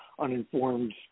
uninformed